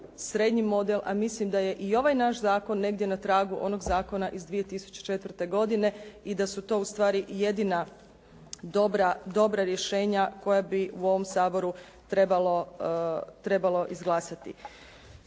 srednji model a mislim da je i ovaj naš zakon negdje na tragu onog zakona iz 2004. godine i da su to ustvari jedina dobra, dobra rješenja koja bi u ovom Saboru trebalo izglasati.